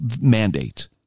mandate